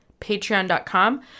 patreon.com